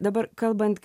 na dabar kalbant